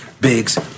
Biggs